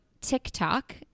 TikTok